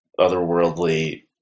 otherworldly